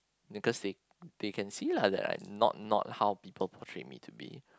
because they they can see lah that I'm not not how people portray me to be